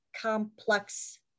complex